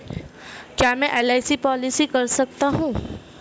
क्या मैं एल.आई.सी पॉलिसी कर सकता हूं?